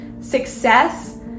success